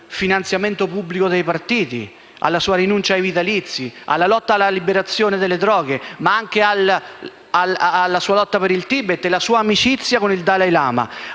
alla sua rinuncia ai vitalizi, alla lotta per la liberalizzazione delle droghe leggere, alla sua lotta per il Tibet e alla sua amicizia con il Dalai Lama,